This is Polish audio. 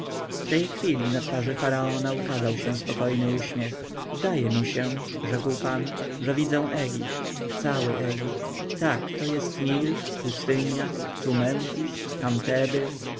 w tej chwili na twarzy faraona ukazał się spokojny uśmiech zdaje mi się rzekł pan że widzę egipt cały egipt tak to jest nil pustynia tu memfis tam teby